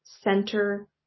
center